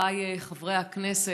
חבריי חברי הכנסת,